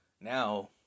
Now